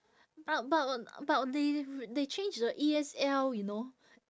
but but uh but they they changed the E_S_L you know